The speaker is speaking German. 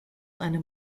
eine